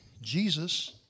Jesus